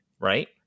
right